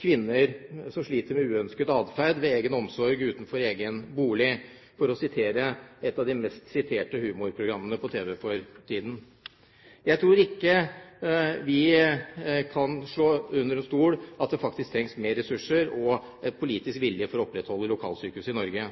kvinner som sliter med uønsket atferd, ved egen omsorg utenfor egen bolig, for å sitere et av de mest sette humorprogrammene på TV for tiden. Jeg tror ikke vi kan stikke under stol at det faktisk trengs mer ressurser og en politisk vilje for å opprettholde lokalsykehus i Norge.